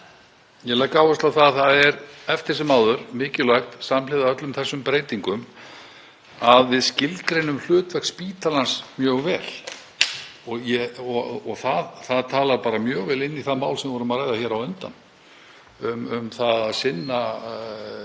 Ég legg áherslu á að eftir sem áður er mikilvægt, samhliða öllum þessum breytingum, að við skilgreinum hlutverk spítalans mjög vel. Það talar bara mjög vel inn í það mál sem við vorum að ræða hér á undan, um að sinna ólíkum